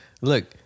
look